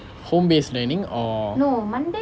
home based learning or